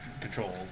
control